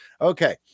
Okay